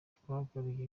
twagaruye